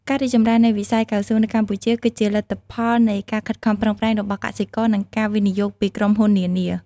ការរីកចម្រើននៃវិស័យកៅស៊ូនៅកម្ពុជា គឺជាលទ្ធផលនៃការខិតខំប្រឹងប្រែងរបស់កសិករ និងការវិនិយោគពីក្រុមហ៊ុននានា។